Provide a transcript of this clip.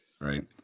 right